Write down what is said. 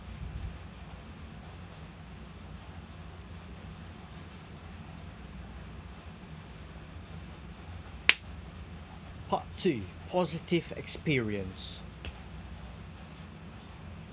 part two positive experience